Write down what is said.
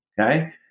Okay